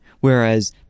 Whereas